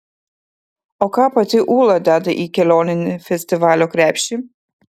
o ką pati ūla deda į kelioninį festivalio krepšį